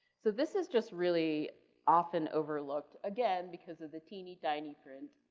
so, this is just really often overlooked. again, because of the teeny tiny print,